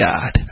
God